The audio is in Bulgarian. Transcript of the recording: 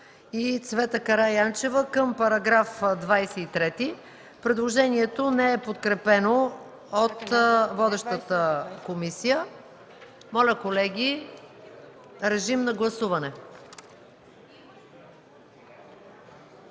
и Цвета Караянчева към § 23. Предложението не е подкрепено от водещата комисия. Моля, колеги, гласувайте.